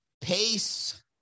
pace